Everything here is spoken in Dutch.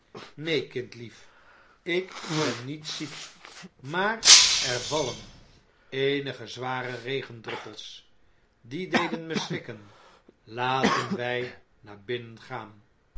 neen kindlief ik ben niet ziek maar er vallen eenige zware regendruppels die deden me schrikken laten wij naar binnen gaan